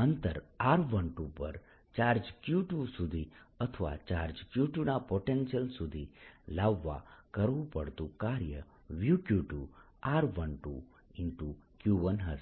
અંતર r12 પર charge Q2 સુધી અથવા ચાર્જ Q2 ના પોટેન્શિયલ સુધી લાવવા કરવું પડતું કાર્ય VQ2r12Q1 હશે